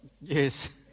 Yes